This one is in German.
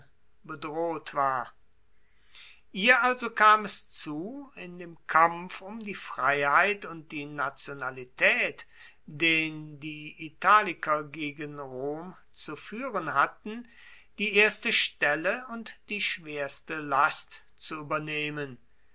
bedroht war ihr also kam es zu in dem kampf um die freiheit und die nationalitaet den die italiker gegen rom zu fuehren hatten die erste stelle und die schwerste last zu uebernehmen